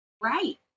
Right